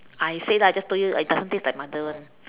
I say lah I just told you it doesn't taste like mother one